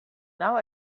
now